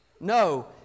No